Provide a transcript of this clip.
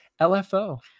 LFO